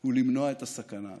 הוא למנוע את הסכנה הזאת,